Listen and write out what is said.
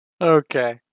Okay